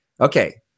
okay